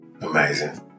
Amazing